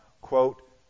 quote